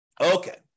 Okay